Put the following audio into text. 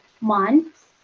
months